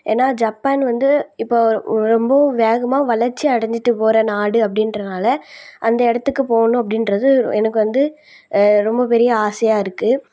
ஏன்னால் ஜப்பான் வந்து இப்போது ரொ ரொம்ப வேகமாக வளர்ச்சி அடைஞ்சிட்டு போகிற நாடு அப்படின்றனால அந்த இடத்துக்கு போகணும் அப்படின்றது எனக்கு வந்து எனக்கு வந்து ரொம்ப பெரிய ஆசையாக இருக்குது